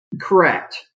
Correct